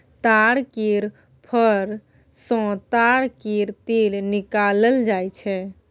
ताड़ केर फर सँ ताड़ केर तेल निकालल जाई छै